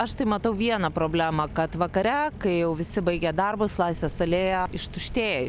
aš tai matau vieną problemą kad vakare kai jau visi baigia darbus laisvės alėja ištuštėja